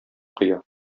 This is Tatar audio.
коя